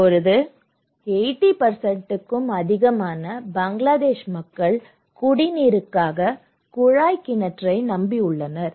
இப்போது 80 க்கும் அதிகமான பங்களாதேஷ் மக்கள் குடிநீருக்காக குழாய் கிணற்றை நம்பியுள்ளனர்